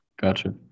Gotcha